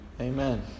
Amen